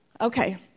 Okay